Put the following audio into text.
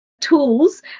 tools